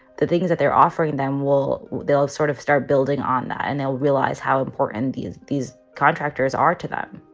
the things that they're offering them will they'll sort of start building on that and they'll realize how important these these contractors are to them